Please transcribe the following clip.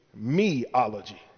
meology